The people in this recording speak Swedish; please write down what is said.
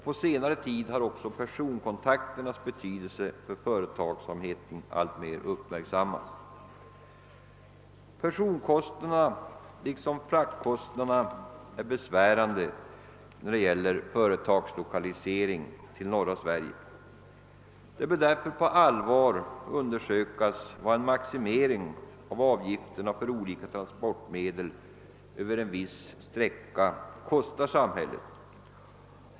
På senare tid har även personkontakternas betydelse för företagsamheten uppmärksammats alltmer. Persontransportkostnaderna liksom fraktkostnaderna är besvärande, när det gäller företagslokalisering till norra Sverige. Det bör därför på allvar undersökas vad en maximering av avgifterna för olika transportmedel över en viss sträcka kostar samhället.